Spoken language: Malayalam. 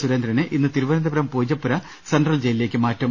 സുരേന്ദ്രനെ ഇന്ന് തിരു വനന്തപുരം പൂജപ്പുര സെൻട്രൽ ജയിലിലേക്ക് മാറ്റും